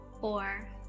four